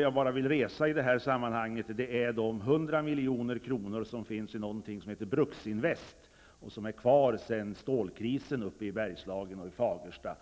jag bara vill resa i detta sammanhang är den som avser de 100 milj.kr. som finns i någonting som heter Bruksinvest och som är kvar sedan stålkrisen uppe i Bergslagen och i Fagersta.